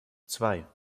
zwei